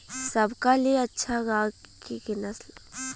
सबका ले अच्छा गाय के नस्ल कवन होखेला?